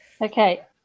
Okay